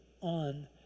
on